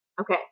Okay